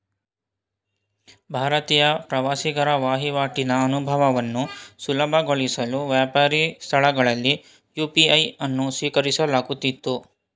ಭಾರತೀಯ ಪ್ರವಾಸಿಗರ ವಹಿವಾಟಿನ ಅನುಭವವನ್ನು ಸುಲಭಗೊಳಿಸಲು ವ್ಯಾಪಾರಿ ಸ್ಥಳಗಳಲ್ಲಿ ಯು.ಪಿ.ಐ ಅನ್ನು ಸ್ವೀಕರಿಸಲಾಗುತ್ತಿತ್ತು